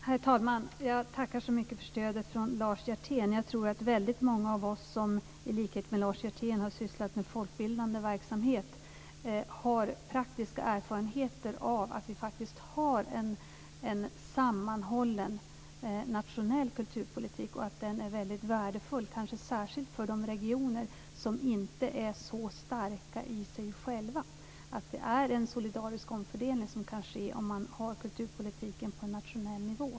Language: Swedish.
Herr talman! Jag tackar för stödet från Lars Hjertén. Jag tror att många av oss som, i likhet med Lars Hjertén, har sysslat med folkbildande verksamhet har praktiska erfarenheter av att vi faktiskt har en sammanhållen nationell kulturpolitik och att den är väldigt värdefull - kanske särskilt för de regioner som inte är så starka i sig själva. En solidarisk omfördelning kan ske om man har kulturpolitiken på en nationell nivå.